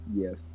Yes